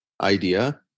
idea